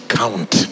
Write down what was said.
count